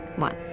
one.